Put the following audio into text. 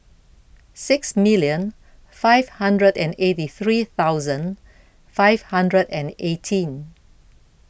six million five hundred and eighty three thousand five hundred and eighteen